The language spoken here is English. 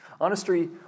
Honesty